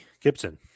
Gibson